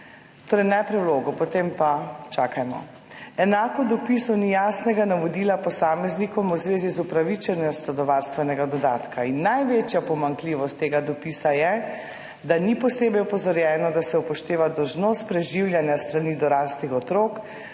Torej najprej vlogo, potem pa čakajmo. Enako v dopisu ni jasnega navodila posameznikom v zvezi z upravičenostjo do varstvenega dodatka. Največja pomanjkljivost tega dopisa je, da ni posebej opozorjeno, da se upošteva dolžnost preživljanja s strani doraslih otrok,